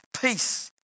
peace